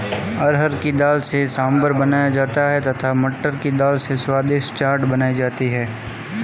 अरहर की दाल से सांभर बनाया जाता है तथा मटर की दाल से स्वादिष्ट चाट बनाई जाती है